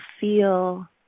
feel